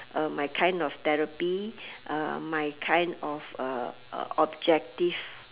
uh my kind of therapy uh my kind of uh uh objective